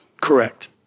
Correct